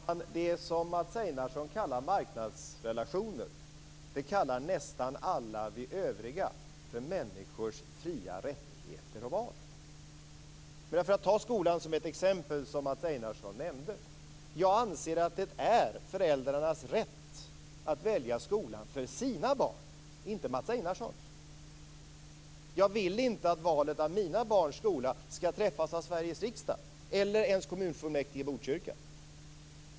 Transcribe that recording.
Fru talman! Det som Mats Einarsson kallar marknadsrelationer kallar nästan alla vi övriga för människors fria rättigheter och val. Men vi kan ta skolan, som Mats Einarsson nämnde, som ett exempel. Jag anser att det är föräldrarnas rätt att välja skola för sina barn, inte Mats Einarssons. Jag vill inte att valet av mina barns skola skall träffas av Sveriges riksdag eller ens kommunfullmäktige i Botkyrka.